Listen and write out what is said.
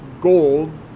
gold